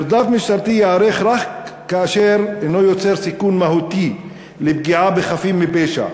מרדף משטרתי ייערך רק כאשר אינו יוצר סיכון מהותי של פגיעה בחפים מפשע,